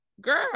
girl